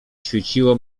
świeciło